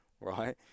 right